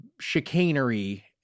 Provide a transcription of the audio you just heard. chicanery